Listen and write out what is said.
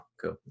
Cool